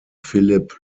philipp